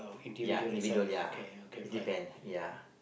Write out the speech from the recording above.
ya individual ya in depend ya